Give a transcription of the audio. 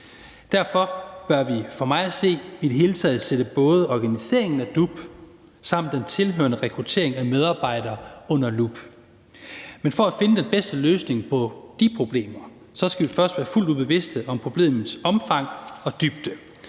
Derfor bør vi for mig at se i det hele taget sætte både organiseringen af DUP samt den tilhørende rekruttering af medarbejdere under lup. Men for at finde den bedste løsning på problemerne, skal vi først være fuldt ud bevidste om problemernes omfang og dybde.